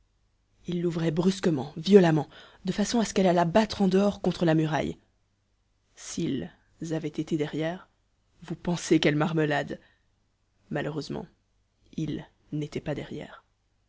il l'ouvrait brusquement violemment de façon à ce qu'elle allât battre en dehors contre la muraille s'ils avaient été derrière vous pensez quelle marmelade malheureusement ils n'étaient pas derrière